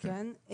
כן,